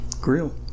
Grill